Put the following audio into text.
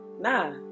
Nah